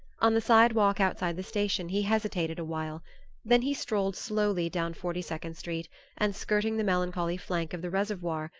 on the sidewalk outside the station he hesitated awhile then he strolled slowly down forty-second street and, skirting the melancholy flank of the reservoir,